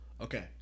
okay